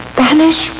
Spanish